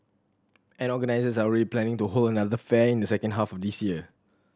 and organisers are already planning to hold another fair in the second half of this year